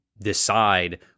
decide